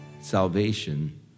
salvation